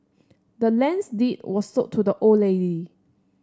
the land's deed was sold to the old lady